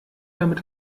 damit